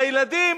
והילדים,